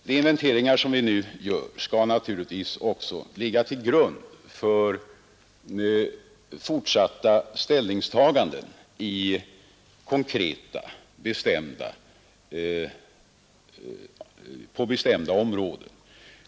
De inventeringar som jag talade om skall naturligtvis också ligga till grund för fortsatta ställningstaganden på konkreta, bestämda områden.